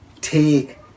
take